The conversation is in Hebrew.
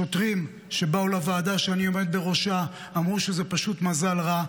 שוטרים שבאו לוועדה שאני עומד בראשה אמרו שזה פשוט מזל רע.